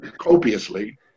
copiously